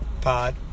pod